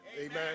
Amen